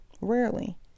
rarely